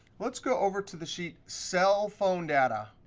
let's go over to the sheet cell phone data.